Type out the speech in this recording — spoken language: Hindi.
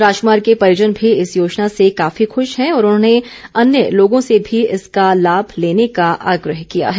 राजकुमार के परिजन भी इस योजना से काफी खुश हैं और उन्होंने अन्य लोगों से भी इसका लाभ लेने का आग्रह किया है